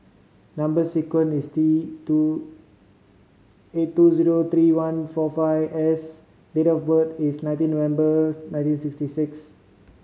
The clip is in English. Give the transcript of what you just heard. number sequence is T two eight two zero three one four five S date of birth is nineteen November nineteen sixty six